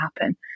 happen